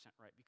right